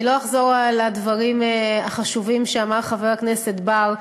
אני לא אחזור על הדברים החשובים שאמר חבר הכנסת בר.